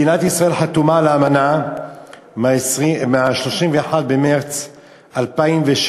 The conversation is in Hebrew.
מדינת ישראל חתומה על האמנה מ-31 במרס 2007,